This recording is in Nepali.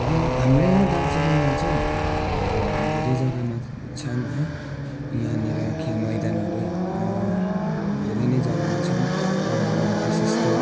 हाम्रो यहाँ दार्जिलिङमा चाहिँ धेरै जग्गामा छन् है यहाँनिर खेल मैदानहरू धेरै नै जग्गामा छन् तर म विशेषतः